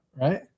Right